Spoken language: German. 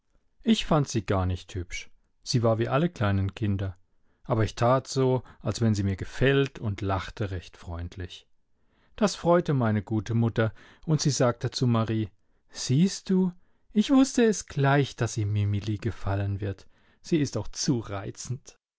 ich fand sie gar nicht hübsch sie war wie alle kleinen kinder aber ich tat so als wenn sie mir gefällt und lachte recht freundlich das freute meine gute mutter und sie sagte zu marie siehst du ich wußte es gleich daß ihm mimili gefallen wird sie ist auch zu reizend